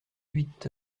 huit